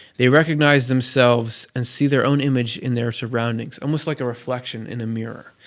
they recognize themselves and see their own image in their surroundings, almost like a reflection in a mirror.